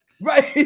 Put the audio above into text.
right